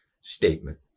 statement